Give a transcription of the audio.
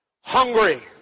hungry